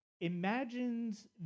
imagines